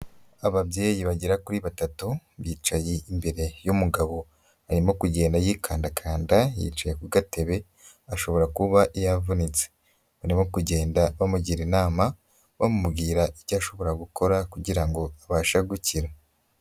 Ababyeyi bagera kuri batatu, bicaye imbere y'umugabo. Arimo kugenda yikandakanda, yicaye ku gatebe, ashobora kuba yavunitse. Barimo kugenda bamugira inama, bamubwira icyo ashobora gukora, kugira ngo abashe gukira.